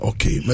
Okay